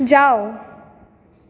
जाउ